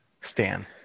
Stan